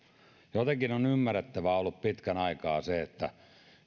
jotenkin on ymmärrettävää ollut pitkän aikaa se että